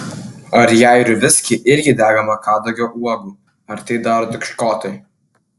ar į airių viskį irgi dedama kadagio uogų ar tai daro tik škotai